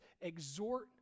exhort